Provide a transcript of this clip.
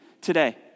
today